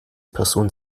person